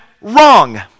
wrong